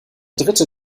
dritte